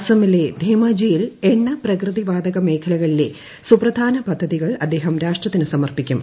അസമിലെ ധേമാജിയിൽ എണ്ണ പ്രകൃതി വാതക മേഖലകളിലെ സുപ്രധാന പദ്ധതികൾ അദ്ദേഹം രാഷ്ട്രത്തിന് സമർപ്പിക്കും